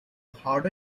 harder